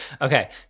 Okay